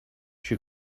she